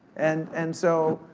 and and so,